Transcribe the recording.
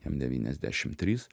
jam devyniasdešimt trys